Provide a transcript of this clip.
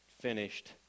finished